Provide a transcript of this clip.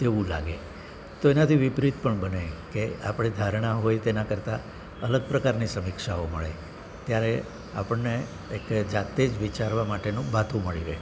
તેવું લાગે તો એનાથી વિપરીત પણ બને કે આપણી ધારણા હોય તેના કરતાં અલગ પ્રકારની સમીક્ષાઓ મળે ત્યારે આપણને એક જાતે જ વિચારવા માટેનું ભાથું મળી રહે